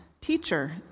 Teacher